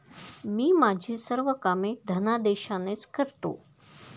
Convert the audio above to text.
मी माझी सर्व कामे धनादेशानेच करतो